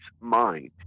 Mind